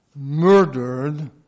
murdered